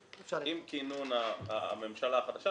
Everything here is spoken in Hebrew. ועם משרד הבריאות --- בהתייעצות עם